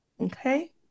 okay